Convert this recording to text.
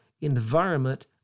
environment